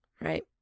right